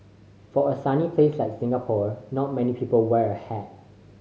for a sunny place like Singapore not many people wear a hat